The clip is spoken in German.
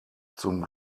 zum